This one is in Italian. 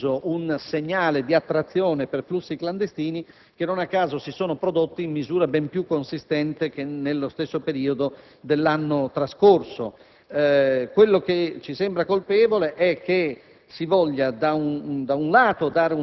Ciò ha costituito, a nostro avviso, un segnale di attrazione per flussi clandestini che, non a caso, si sono prodotti in misura ben più consistente rispetto allo stesso periodo dello scorso anno. Ci sembra colpevole che